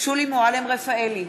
שולי מועלם-רפאלי,